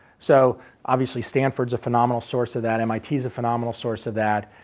so obviously stanford is a phenomenal source of that, mit is a phenomenal source of that.